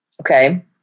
okay